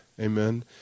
Amen